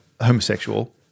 homosexual